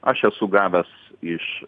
aš esu gavęs iš